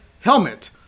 helmet